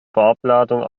farbladung